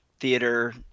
theater